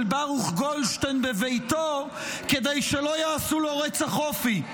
ברוך גולדשטיין בביתו כדי שלא יעשו לו רצח אופי.